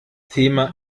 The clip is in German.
thema